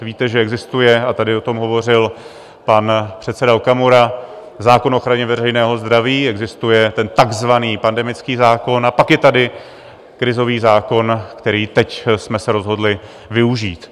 Víte, že existuje a tady o tom hovořil pan předseda Okamura zákon o ochraně veřejného zdraví, existuje ten takzvaný pandemický zákon, a pak je tady krizový zákon, který teď jsme se rozhodli využít.